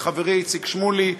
לחברי איציק שמולי,